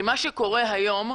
מה שקורה היום,